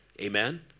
Amen